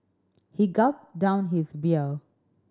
he gulped down his beer